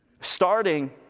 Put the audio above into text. starting